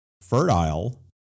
fertile